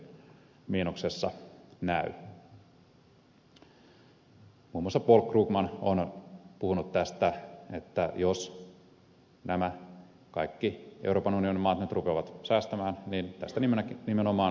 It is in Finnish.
muun muassa paul krugman on puhunut tästä että jos nämä kaikki euroopan unionin maat nyt rupeavat säästämään niin tästä nimenomaan syntyy tämä deflatorinen kierre